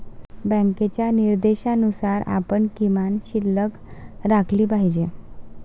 बँकेच्या निर्देशानुसार आपण किमान शिल्लक राखली पाहिजे